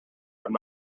i’m